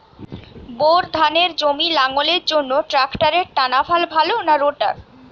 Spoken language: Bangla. বোর ধানের জমি লাঙ্গলের জন্য ট্রাকটারের টানাফাল ভালো না রোটার?